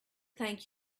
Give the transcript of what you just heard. thank